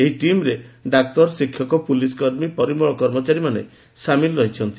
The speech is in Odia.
ଏହି ଟିମରେ ଡାକ୍ତର ଶିକ୍ଷକ ପୋଲିସକର୍ମୀ ପରିମଳ କର୍ମଚାରୀ ମାନେ ସାମିଲ ରହିଛି